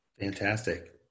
Fantastic